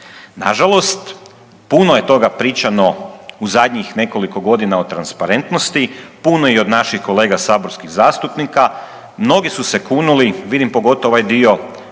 Nažalost, puno je toga pričano u zadnjih nekoliko godina o transparentnosti, puno i od naših kolega saborskih zastupnika. Mnogi su se kunili, vidim pogotovo ovaj dio